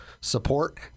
support